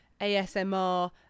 ASMR